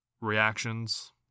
reactions